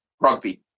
rugby